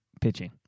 pitching